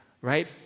right